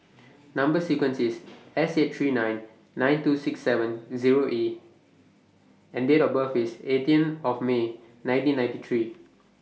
Number sequence IS S eight three nine two six seven Zero E and Date of birth IS eighteen of May nineteen ninety three